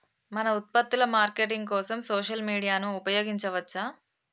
మన ఉత్పత్తుల మార్కెటింగ్ కోసం సోషల్ మీడియాను ఉపయోగించవచ్చా?